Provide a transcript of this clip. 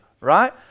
right